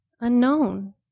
unknown